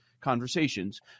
conversations